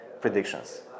Predictions